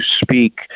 speak